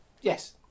Yes